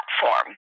platform